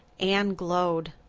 anne glowed.